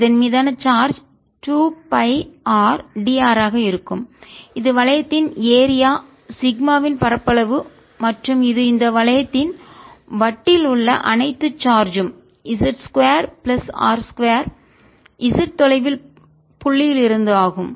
இதன் மீதான charge 2 pi r dr ஆக இருக்கும் இது வளையத்தின் ஏரியா சிக்மாவின் பரப்பளவு மற்றும் இது இந்த வளையத்தின் வட்டில் உள்ள அனைத்து சார்ஜ் ம் z 2 பிளஸ் r 2 z தொலைவில் புள்ளியில் இருந்து ஆகும்